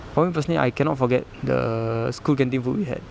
for me personally I cannot forget the school canteen food yet